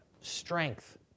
strength